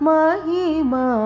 Mahima